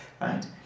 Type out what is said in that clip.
Right